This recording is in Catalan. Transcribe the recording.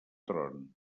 tron